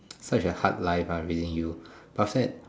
such a hard life ah raising you but after that